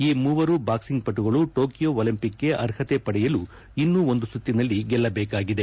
ಈ ಮೂವರು ಬಾಕ್ಷಿಂಗ್ ಪಟುಗಳು ಟೊಕಿಯೋ ಒಲಂಪಿಕ್ಗೆ ಅರ್ಹತೆ ಪಡೆಯಲು ಇನ್ನು ಒಂದು ಸುತ್ತಿನಲ್ಲಿ ಗೆಲ್ಲಬೇಕಾಗಿದೆ